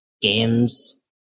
games